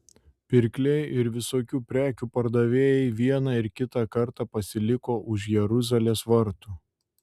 pirkliai ir visokių prekių pardavėjai vieną ir kitą kartą pasiliko už jeruzalės vartų